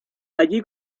allí